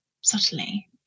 subtly